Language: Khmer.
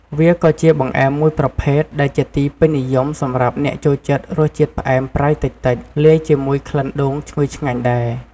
វាក៏ជាបង្អែមមួយប្រភេទដែលជាទីពេញនិយមសម្រាប់អ្នកចូលចិត្តរសជាតិផ្អែមប្រៃតិចៗ លាយជាមួយក្លិនដូងឈ្ងុយឆ្ងាញ់ដែរ។